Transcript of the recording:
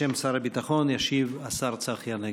בשם שר הביטחון ישיב השר צחי הנגבי.